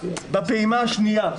בפעימה השנייה,